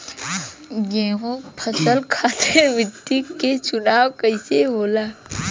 गेंहू फसल खातिर मिट्टी के चुनाव कईसे होला?